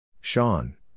Sean